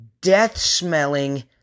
death-smelling